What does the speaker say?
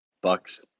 Bucks